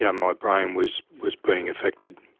yeah my brain was was being affected.